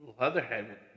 Leatherhead